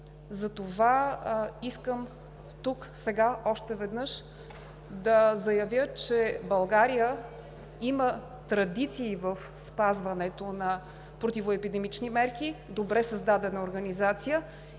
Затова искам тук, сега, още веднъж да заявя, че България има традиции в спазването на противоепидемични мерки, добре създадена организация